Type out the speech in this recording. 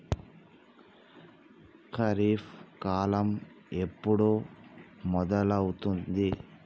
ఖరీఫ్ కాలం ఎప్పుడు మొదలవుతుంది?